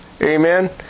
amen